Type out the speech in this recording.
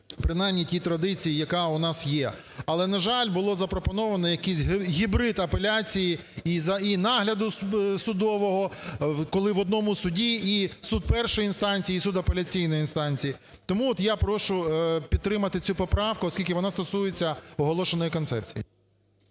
принаймні тій традиції, яка у нас є. Але, на жаль, було запропоновано якийсь гібрид апеляції і нагляду судового, коли в одному суді і суд першої інстанції, і суд апеляційної інстанції. Тому от я прошу підтримати цю поправку, оскільки вона стосується оголошеної концепції.